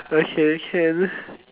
okay can